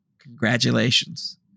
congratulations